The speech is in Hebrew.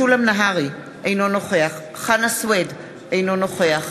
משולם נהרי, אינו נוכח חנא סוייד, אינו נוכח